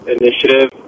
initiative